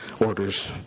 orders